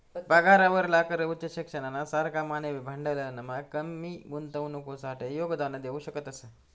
पगारावरला कर उच्च शिक्षणना सारखा मानवी भांडवलमा कमी गुंतवणुकसाठे योगदान देऊ शकतस